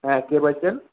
হ্যাঁ কে বলছেন